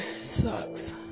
sucks